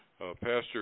Pastor